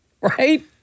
Right